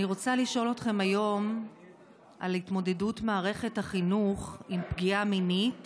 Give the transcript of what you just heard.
אני רוצה לשאול אתכם היום על התמודדות מערכת החינוך עם פגיעה מינית